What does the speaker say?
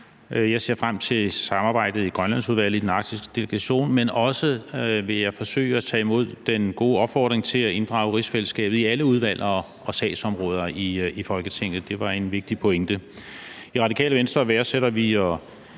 Jeg ser frem til samarbejdet i Grønlandsudvalget og i Den Arktiske Delegation, men jeg vil også forsøge at tage imod den gode opfordring til at inddrage rigsfællesskabet i alle udvalg og sagsområder i Folketinget. Det var en vigtig pointe. I Radikale Venstre værdsætter vi